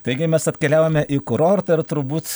taigi mes atkeliavome į kurortą ir turbūt